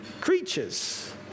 creatures